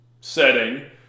setting